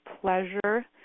pleasure